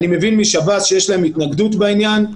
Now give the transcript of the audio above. אני מבין משב"ס שיש להם התנגדות בעניין.